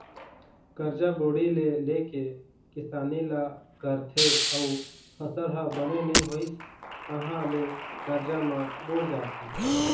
करजा बोड़ी ले के किसानी ल करथे अउ फसल ह बने नइ होइस तहाँ ले करजा म बूड़ जाथे